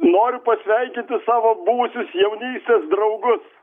noriu pasveikinti savo buvusius jaunystės draugus